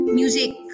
music